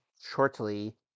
shortly